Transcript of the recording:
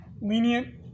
lenient